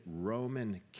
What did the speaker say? Roman